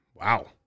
Wow